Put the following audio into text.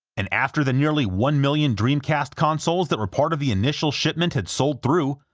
and after the nearly one million dreamcast consoles that were part of the initial shipment had sold through,